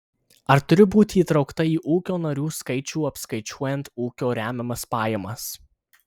ar turiu būti įtraukta į ūkio narių skaičių apskaičiuojant ūkio remiamas pajamas